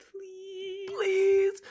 Please